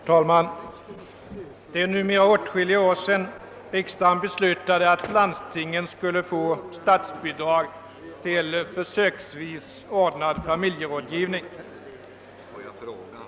Herr talman! Det är numera åtskilliga år sedan riksdagen beslutade att landstingen skulle få statsbidrag till försöksvis anordnad <familjerådgivning.